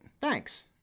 Thanks